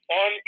on